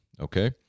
Okay